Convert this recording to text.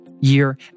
year